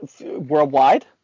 worldwide